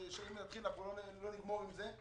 שאם נתחיל לפרט לא נגמור עם זה.